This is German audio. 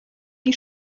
die